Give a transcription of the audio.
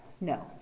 No